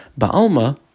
Baalma